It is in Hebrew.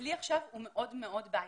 הכלי עכשיו הוא מאוד מאוד בעייתי.